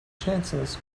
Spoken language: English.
chances